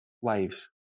waves